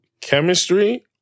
chemistry